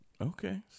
Okay